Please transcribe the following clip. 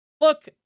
Look